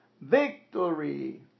victory